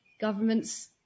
governments